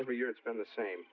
every year it's been the same